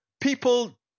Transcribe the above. people